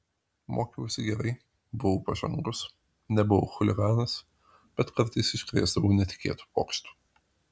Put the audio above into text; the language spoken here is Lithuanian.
mokiausi gerai buvau pažangus nebuvau chuliganas bet kartais iškrėsdavau netikėtų pokštų